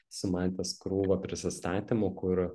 esu matęs krūvą prisistatymų kur